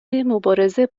مبارزه